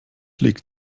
legt